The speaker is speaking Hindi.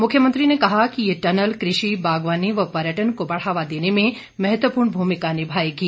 मुख्यमंत्री ने कहा कि ये टनल कृषि बागवानी व पर्यटन को बढ़ावा देने में महत्वपूर्ण भूमिका निभाएंगी